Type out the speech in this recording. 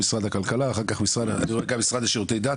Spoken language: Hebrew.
הכלכלה, אחר כך גם המשרד לשירותי דת